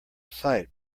sight